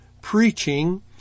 preaching